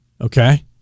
okay